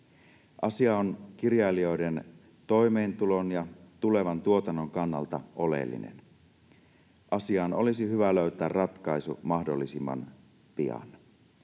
Asia on kirjailijoiden toimeentulon ja tulevan tuotannon kannalta oleellinen. Asiaan olisi hyvä löytää ratkaisu mahdollisimman pian.